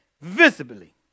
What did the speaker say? visibly